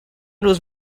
روز